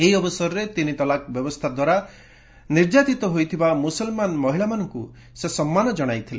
ଏହି ଅବସରରେ ତିନିତଲାକ୍ ବ୍ୟବସ୍ଥା ଦ୍ୱାରା ନିର୍ଯାତୀତା ହୋଇଥିବା ମୁସଲମାନ ମହିଳାମାନଙ୍କୁ ସେ ସମ୍ମାନ ଜଣାଇଥିଲେ